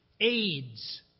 AIDS